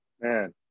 man